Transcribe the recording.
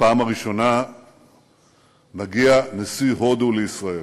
בפעם הראשונה מגיע נשיא הודו לישראל,